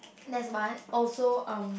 that's one also um